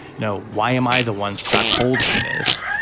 now why am i the one stuck holding this.